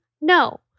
No